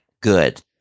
good